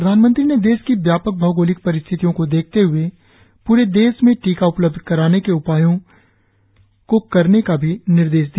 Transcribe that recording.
प्रधानमंत्री ने देश की व्यापक भौगोलिक परिस्थितियों को देखते हए प्ररे देश में टीका उपलब्ध कराने के उपाय करने का भी निर्देश दिया